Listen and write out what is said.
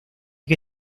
que